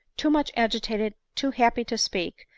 too much agitated, too happy to speak,